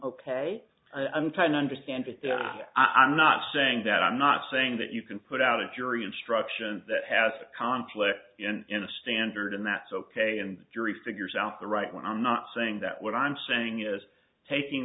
ok i'm trying to understand it that i'm not saying that i'm not saying that you can put out a jury instruction that has a conflict in a standard and that's ok and jury figures out the right when i'm not saying that what i'm saying is taking